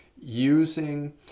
using